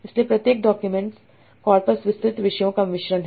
इसलिए प्रत्येक documents corpus विस्तृत विषयों का मिश्रण है